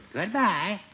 Goodbye